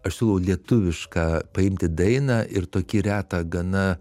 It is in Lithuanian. aš siūlau lietuvišką paimti dainą ir tokį retą gana